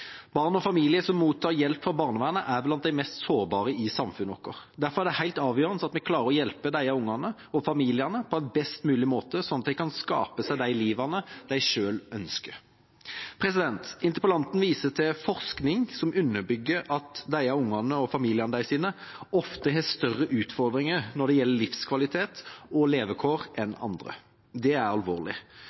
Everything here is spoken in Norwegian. Barn og familier som mottar hjelp fra barnevernet, er blant de meste sårbare i samfunnet vårt. Derfor er det helt avgjørende at vi klarer å hjelpe disse ungene og familiene på en best mulig måte, sånn at de kan skape seg det livet de selv ønsker. Interpellanten viser til forskning som underbygger at disse ungene og familiene deres ofte har større utfordringer når det gjelder livskvalitet og levekår, enn andre. Det er alvorlig,